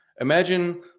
imagine